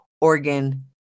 organ